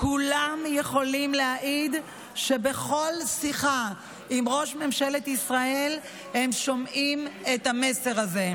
כולם יכולים להעיד שבכל שיחה עם ראש ממשלת ישראל הם שומעים את המסר הזה: